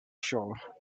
shore